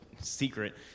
Secret